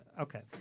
Okay